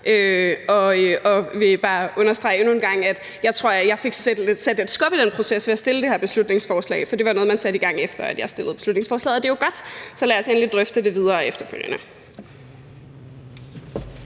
bare understrege endnu en gang, at jeg tror, at jeg fik sat lidt skub i den proces ved at fremsætte det her beslutningsforslag, for det var noget, man satte gang, efter at jeg fremsatte beslutningsforslaget, og det er jo godt. Så lad os endelig drøfte det videre efterfølgende.